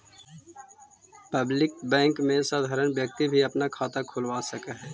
public bank में साधारण व्यक्ति भी अपना खाता खोलवा सकऽ हइ